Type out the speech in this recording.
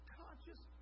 conscious